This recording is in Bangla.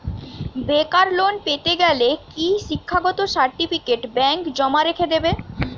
বেকার লোন পেতে গেলে কি শিক্ষাগত সার্টিফিকেট ব্যাঙ্ক জমা রেখে দেবে?